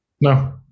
No